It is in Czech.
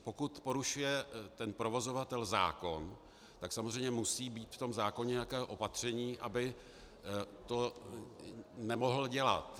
Pokud porušuje provozovatel zákon, tak samozřejmě musí být v zákoně nějaké opatření, aby to nemohl dělat.